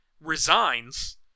resigns